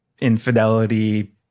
infidelity